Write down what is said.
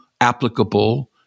applicable